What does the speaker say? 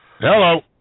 Hello